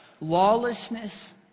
lawlessness